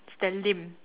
Mister Lim